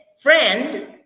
friend